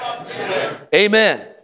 Amen